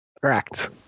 Correct